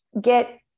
get